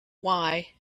why